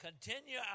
Continue